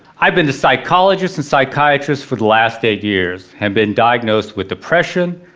i've been to psychologists and psychiatrists for the last eight years. have been diagnosed with depression,